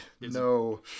no